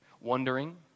Wondering